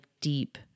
deep